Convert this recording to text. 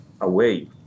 away